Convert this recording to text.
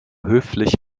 höflich